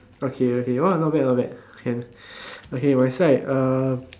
okay okay !wah! not bad not bad okay okay my side uh